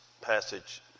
passage